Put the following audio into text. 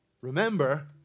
Remember